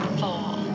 fall